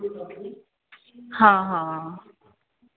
ਹਾਂ ਹਾਂ